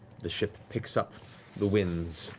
the ship picks up the winds